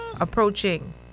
approaching